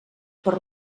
per